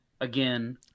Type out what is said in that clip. again